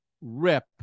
rip